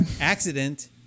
accident